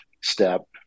step